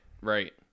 right